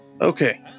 Okay